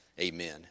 Amen